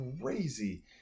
crazy